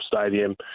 Stadium